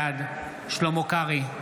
בעד שלמה קרעי,